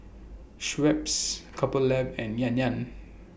Schweppes Couple Lab and Yan Yan